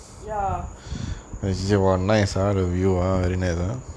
ya